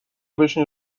بشین